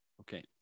Okay